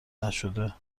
نشده